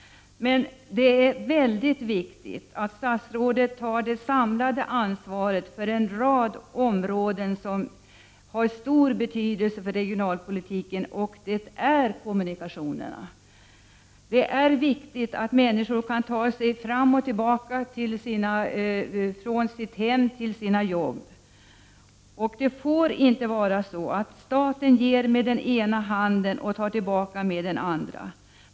Men det är väldigt viktigt att statsrådet tar det samlade ansvaret för en rad områden som har stor betydelse för regionalpolitiken, nämligen kommunikationerna. Det är viktigt att människor kan ta sig fram och tillbaka mellan hemmet och arbetsplatsen. Det får inte vara så att staten ger med den ena handen och tar tillbaka med den andra.